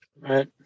Right